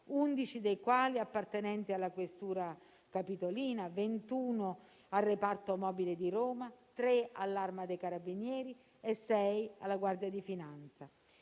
11 dei quali appartenenti alla questura capitolina, 21 al reparto mobile di Roma, 3 all'Arma dei carabinieri, 6 alla Guardia di finanza.